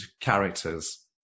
characters